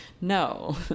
no